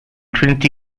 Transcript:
trinity